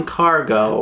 cargo